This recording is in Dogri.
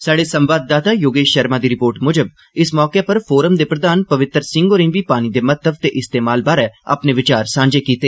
स्हाडे संवाददाता योगेष षर्मा दी रिपोर्ट मुजब इस मौके पर फोरम दे प्रधान पवित्र सिंह होरें बी पानी दे महत्व ते इस्तेमाल बारै विचार सांझे कीते